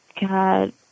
God